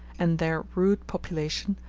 and their rude population,